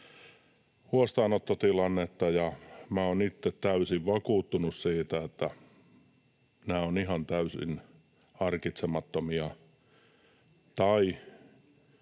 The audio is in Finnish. huostaanottotilannetta, ja olen itse täysin vakuuttunut siitä, että nämä ovat ihan täysin harkitsemattomia